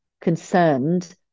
concerned